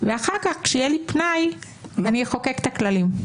ואחר כך כשיהיה לי פנאי, אני אחוקק את הכללים.